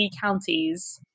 counties